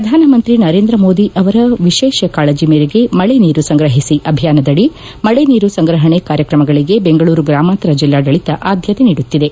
ಪ್ರಧಾನಮಂತ್ರಿ ನರೇಂದ್ರ ಮೋದಿ ಅವರ ವಿಶೇಷ ಕಾಳಜ ಮೇರೆಗೆ ಮಳೆ ನೀರು ಸಂಗ್ರಹಿಸಿ ಅಭಿಯಾನದಡಿ ಮಳೆ ನೀರು ಸಂಗ್ರಪಣೆ ಕಾರ್ಕ್ರಮಗಳಿಗೆ ಬೆಂಗಳೂರು ಗ್ರಾಮಾಂತರ ಜಿಲ್ಲಾಡಳಿತ ಆದ್ಯತೆ ನೀಡುತ್ತಿದೆ